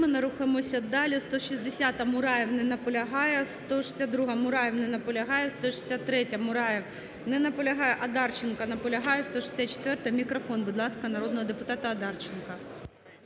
Рухаємося далі. 160-а, Мураєв. Не наполягає. 162-а. Мураєв. Не наполягає. 163-я, Мураєв. Не наполягає. Одарченко наполягає. 164-а. Мікрофон, будь ласка, народного депутата Одарченка.